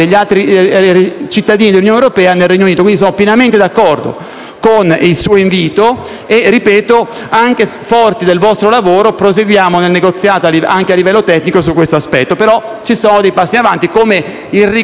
altri cittadini dell'Unione europea nel Regno Unito. Sono quindi pienamente d'accordo con il suo invito e, anche forti del vostro lavoro, proseguiamo nel negoziato, a livello tecnico, su questo aspetto. Ci sono dei passi avanti, come il riconoscimento